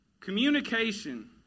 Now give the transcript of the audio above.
Communication